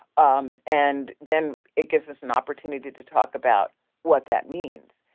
um and then it gives us an opportunity to talk about what that means.